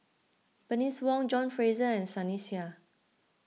Bernice Wong John Fraser and Sunny Sia